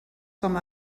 com